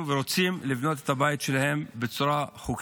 ורוצים לבנות את הבית שלהם בצורה חוקית.